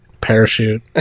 parachute